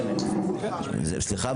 סליחה.